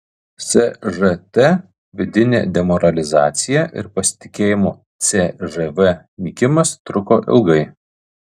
sžt vidinė demoralizacija ir pasitikėjimo cžv nykimas truko ilgai